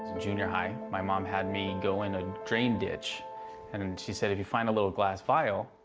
junior high, my mom had me go in a drain ditch and and she said, if you find a little glass vial,